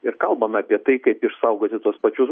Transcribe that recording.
ir kalbame apie tai kaip išsaugoti tuos pačius